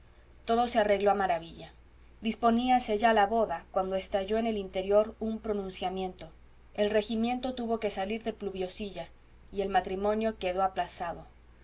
todo se arregló a maravilla disponíase ya la boda cuando estalló en el interior un pronunciamiento el regimiento tuvo que salir de pluviosilla y el matrimonio quedó aplazado